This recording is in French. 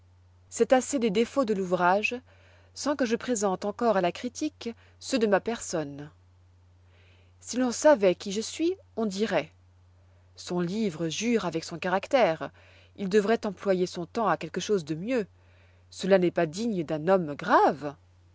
c'est assez des défauts de l'ouvrage sans que je présente encore à la critique ceux de ma personne si l'on savoit qui je suis on dirait son livre jure avec son caractère il devroit employer son temps à quelque chose de mieux cela n'est pas digne d'un homme grave